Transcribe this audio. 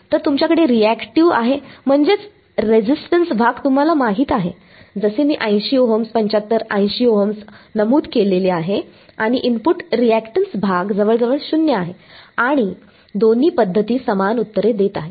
तर तुमच्याकडे रिएक्टिव आहे म्हणजे रेझिस्टन्स भाग तुम्हाला माहित आहे जसे मी 80 ओहम्स 75 80 ओहम्स नमूद केले आहे आणि इनपुट रिएक्टन्स भाग जवळजवळ 0 आहे आणि दोन्ही पद्धती समान उत्तरे देत आहेत